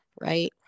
right